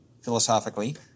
philosophically